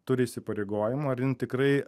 turi įsipareigojimų ar ji tikrai